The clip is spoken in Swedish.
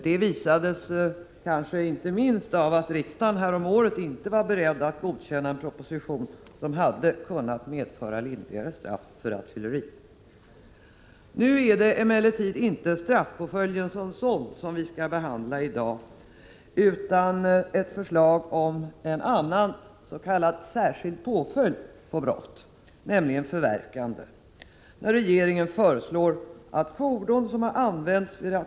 Det framgick kanske inte minst när riksdagen häromåret inte var beredd att godkänna en proposition som hade kunnat medföra lindrigare straff för rattfylleri. Nu är det emellertid inte straffpåföljden som sådan riksdagen skall behandla i dag utan ett förslag om en annan s.k. särskild påföljd på brott, nämligen förverkande. Regeringen föreslår att fordon som har använts vid — Prot.